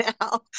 now